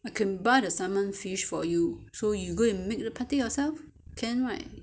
can buy the salmon fish for you so you go you make the patty yourself can right